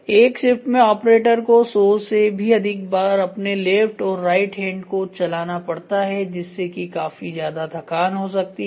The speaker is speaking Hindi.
एक शिफ्ट में ऑपरेटर को 100 से भी ज्यादा बार अपने लेफ्ट और राइट हैंड को चलाना पड़ता है जिससे कि काफी ज्यादा थकान हो सकती है